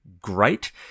great